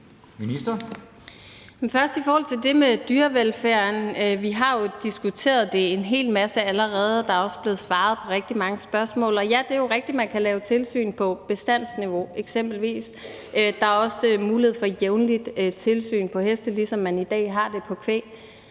I forhold til det med dyrevelfærden vil jeg først sige, at vi jo har diskuteret det en hel masse allerede. Der er også blevet svaret på rigtig mange spørgsmål. Og ja, det er rigtigt, at man kan lave tilsyn på bestandsniveau eksempelvis. Der er også mulighed for jævnligt tilsyn på heste, ligesom man i dag har det på kvæg.